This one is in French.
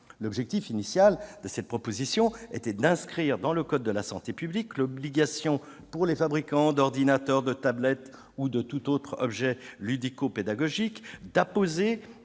L'objectif initial était d'inscrire dans le code de la santé publique l'obligation pour les fabricants d'ordinateurs, de tablettes ou de tout autre objet ludo-pédagogique d'apposer